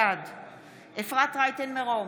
בעד אפרת רייטן מרום,